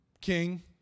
king